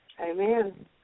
Amen